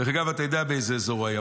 דרך אגב, אתה יודע באיזה אזור הוא היה?